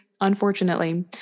unfortunately